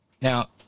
Now